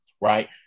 right